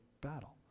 battle